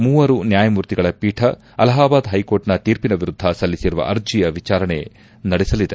ಮೂವರು ನ್ನಾಯಮೂರ್ತಿಗಳ ಪೀಠ ಅಲಹಾಬಾದ್ ಹೈಕೋರ್ಟ್ನ ತೀರ್ಪಿನ ವಿರುದ್ಧ ಸಲ್ಲಿಸಿರುವ ಅರ್ಜಿಯ ವಿಚಾರಣೆ ನಡೆಸಲಿದೆ